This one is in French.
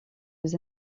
aux